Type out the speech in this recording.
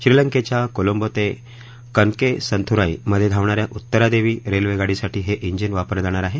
श्रीलंकेच्या कोलंबो ते कनकेसंथुराई मधे धावणाऱ्या उत्तरादेवी रेल्वेगाडीसाठी हे जिन वापरलं जाणार आहे